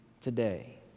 today